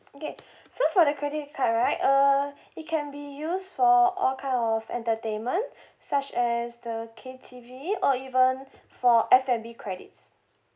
okay so for the credit card right uh it can be used for all kind of entertainment such as the K_T_V or even for F&B credits